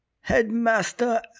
Headmaster